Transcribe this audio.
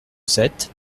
sept